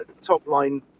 top-line